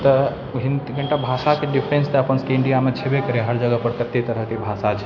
तऽ कनिटा भाषाके डिफरेन्स तऽ अपन सबके इण्डियामे छेबे करै हर जगहपर ततेक तरहके भाषा छै